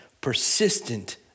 persistent